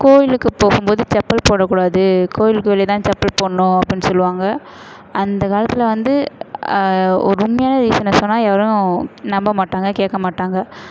கோயிலுக்கு போகும்போது செப்பல் போடக்கூடாது கோயிலுக்கு வெளியே தான் செப்பல் போடணும் அப்படினு சொல்லுவாங்க அந்த காலத்தில் வந்து ஒரு உண்மையான ரீஸனை சொன்னால் யாரும் நம்ப மாட்டாங்க கேட்க மாட்டாங்க